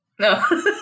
No